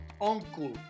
Uncle